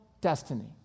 destiny